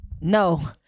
No